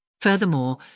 Furthermore